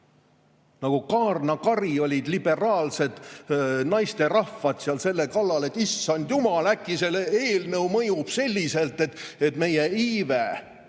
Nagu kaarnakari olid liberaalsed naisterahvad selle kallal. Issand jumal, äkki see eelnõu mõjub selliselt, et meie iive